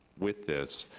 with this.